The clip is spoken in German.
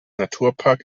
naturpark